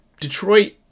Detroit